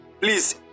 Please